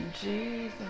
Jesus